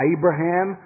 Abraham